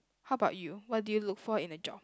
how about you what do you look for in a job